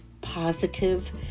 positive